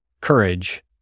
courage